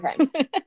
Okay